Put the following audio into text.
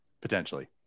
potentially